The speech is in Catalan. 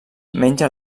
menja